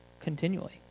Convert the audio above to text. continually